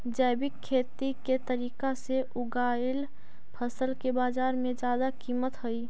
जैविक खेती के तरीका से उगाएल फसल के बाजार में जादा कीमत हई